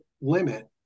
limit